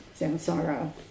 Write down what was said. samsara